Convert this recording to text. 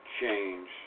change